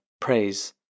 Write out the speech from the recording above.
praise